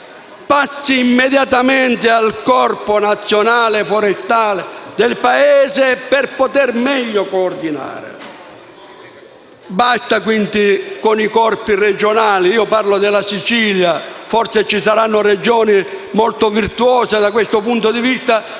passi immediatamente al Corpo forestale dello Stato per poter meglio coordinare. Basta, quindi, con i Corpi regionali. Parlo della Sicilia. Forse ci saranno Regioni molto virtuose da questo punto di vista,